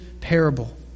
parable